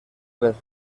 les